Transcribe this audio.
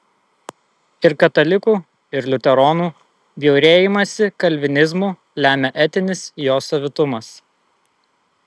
ir katalikų ir liuteronų bjaurėjimąsi kalvinizmu lemia etinis jo savitumas